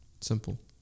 Simple